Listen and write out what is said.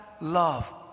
love